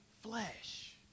flesh